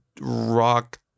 rock